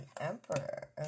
Emperor